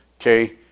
Okay